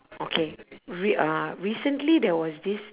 okay re~ uh recently there was this